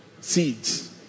Seeds